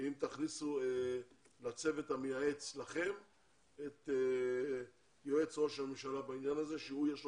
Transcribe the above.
אם תכניסו לצוות המייעץ לכם את יועץ ראש הממשלה שיש לו